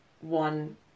one